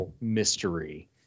mystery